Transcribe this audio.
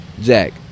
Jack